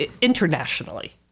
internationally